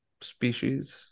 species